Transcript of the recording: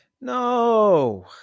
No